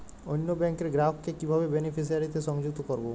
অন্য ব্যাংক র গ্রাহক কে কিভাবে বেনিফিসিয়ারি তে সংযুক্ত করবো?